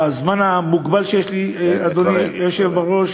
בזמן המוגבל שיש לי, כבר אין.